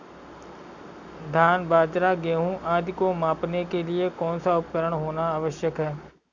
धान बाजरा गेहूँ आदि को मापने के लिए कौन सा उपकरण होना आवश्यक है?